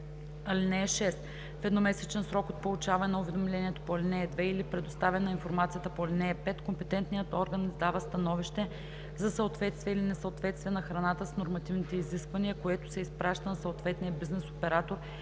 нея. (6) В едномесечен срок от получаване на уведомлението по ал. 2 или предоставяне на информацията по ал. 5, компетентният орган издава становище за съответствие или несъответствие на храната с нормативните изисквания, което се изпраща на съответния бизнес оператор